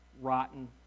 Rotten